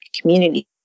community